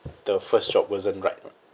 the first job wasn't right lah